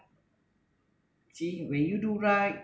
see when you do right